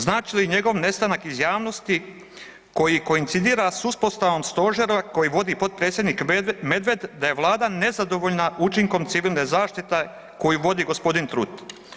Znači li njegov nestanak iz javnosti koji koincidira s uspostavom stožera koji vodi potpredsjednik Medved da je vlada nezadovoljna učinkom civilne zaštite koju vodi g. Trut?